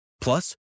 Plus